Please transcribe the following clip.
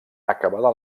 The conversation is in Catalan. acabada